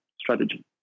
strategy